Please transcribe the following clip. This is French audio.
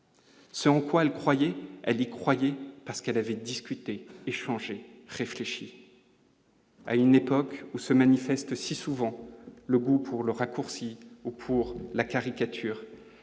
Ce en quoi il croyait elle y croyez parce qu'elle avait discuter, échanger, réfléchir. à une époque où se manifestent, si souvent le goût pour le raccourci pour la caricature,